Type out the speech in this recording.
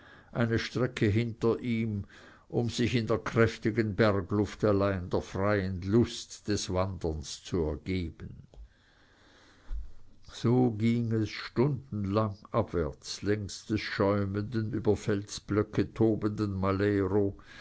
eine strecke hinter ihm um sich in der kräftigen bergluft allein der freien lust des wanderns zu ergeben so ging es stundenlang abwärts längs des schäumenden über felsblöcke tobenden malero